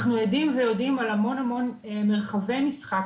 אנחנו עדים ויודעים על המון מרחבי משחק